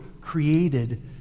created